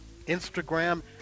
Instagram